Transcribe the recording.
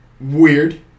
weird